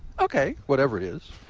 okay, whatever it is.